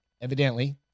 Evidently